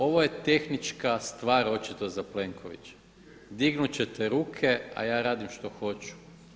Ovo je tehnička stvar očito za Plenovića, dignut ćete ruke, a ja radim što hoću.